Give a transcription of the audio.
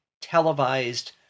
televised